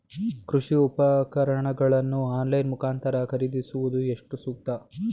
ಕೃಷಿ ಉಪಕರಣಗಳನ್ನು ಆನ್ಲೈನ್ ಮುಖಾಂತರ ಖರೀದಿಸುವುದು ಎಷ್ಟು ಸೂಕ್ತ?